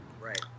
right